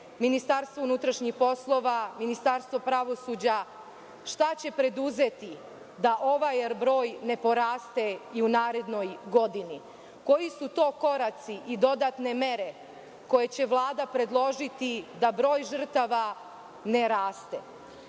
Ministarstvo unutrašnjih poslova, Ministarstvo pravosuđa – šta će preduzeti da ovaj broj ne poraste i u narednoj godini? Koji su to koraci i dodatne mere koje će Vlada predložiti da broj žrtava ne raste?I